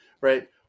Right